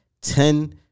Ten